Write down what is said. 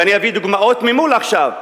ואני אביא דוגמאות ממול עכשיו,